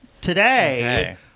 today